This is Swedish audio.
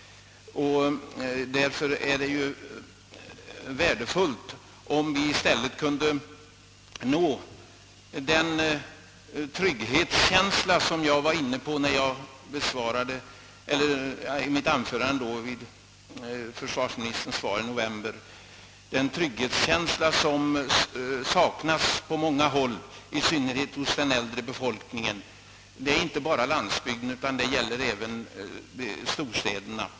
Det vore värdefullt om vi kunde skapa den trygghet som jag efterlyste i mitt anförande i samband med försvarsministerns svar i november. Trygghetskänslan saknas nu på många håll — i synnerhet hos den äldre befolkningen — inte bara på landsbygden utan även i storstäderna.